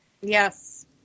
Yes